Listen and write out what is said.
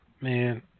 man